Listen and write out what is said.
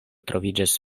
troviĝas